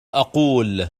أقول